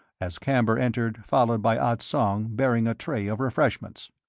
as camber entered, followed by ah tsong bearing a tray of refreshments.